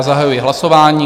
Zahajuji hlasování.